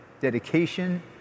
dedication